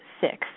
six